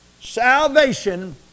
Salvation